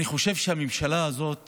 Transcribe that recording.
אני חושב שהממשלה הזאת